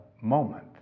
moment